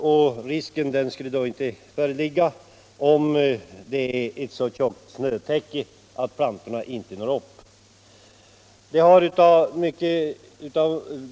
Sådan risk skulle då inte föreligga, om snötäcket är så tjockt att plantorna inte sticker upp över detta.